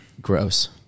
Gross